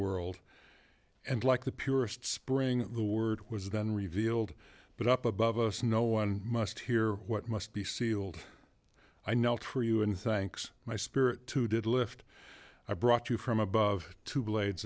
world and like the purest spring the word was done revealed but up above us no one must hear what must be sealed i know it for you and thanks my spirit too did lift i brought you from above two blades